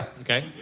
Okay